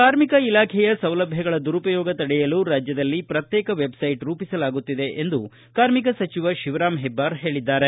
ಕಾರ್ಮಿಕ ಇಲಾಖೆಯ ಸೌಲಭ್ಯಗಳ ದುರುಪಯೋಗ ತಡೆಯಲು ರಾಜ್ಯದಲ್ಲಿ ಪ್ರತ್ಯೇಕ ವೆಬ್ಸೈಟ್ ರೂಪಿಸಲಾಗುತ್ತಿದೆ ಎಂದು ಕಾರ್ಮಿಕ ಸಚಿವ ಶಿವರಾಮ್ ಹೆಬ್ಬಾರ್ ಹೇಳಿದ್ದಾರೆ